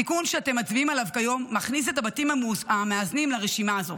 התיקון שאתם מצביעים עליו כיום מכניס את הבתים המאזנים לרשימה הזו.